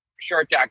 short